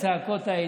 הצעקות האלה,